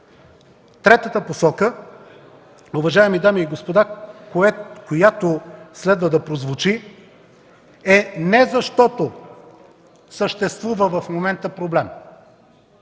Третата посока, уважаеми дами и господа, която следва да прозвучи, е не защото в момента съществува проблем,